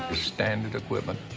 standard equipment.